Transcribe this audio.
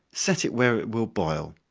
set it where it will boil.